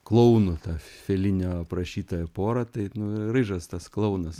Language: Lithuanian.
klounų tą felinio aprašytą porą tai nu ryžas tas klounas